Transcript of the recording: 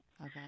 Okay